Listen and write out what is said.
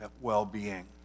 well-being